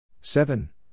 seven